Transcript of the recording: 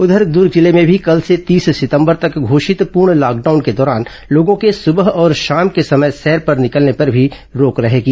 उधर दूर्ग जिले में भी कल से तीस सितंबर तक घोषित पूर्ण लॉकडाउन के दौरान लोगों के सुबह और शाम के समय सैर पर निकलने पर भी रोक रहेगी